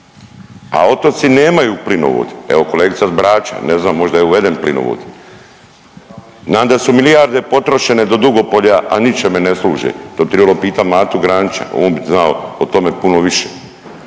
a otoci nemaju plinovod. Evo kolegica s Brača, ne znam možda je uveden plinovod. Znam da su milijarde potrošene do Dugopolja, a ničemu ne služe, to bi tribalo pitati Matu Granića, on bi znao o tome puno više.